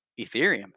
Ethereum